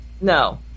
No